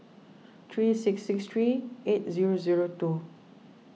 three six six three eight zero zero two